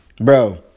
bro